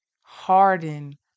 harden